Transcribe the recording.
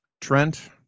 Trent